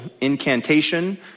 incantation